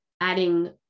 adding